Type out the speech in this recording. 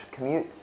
commutes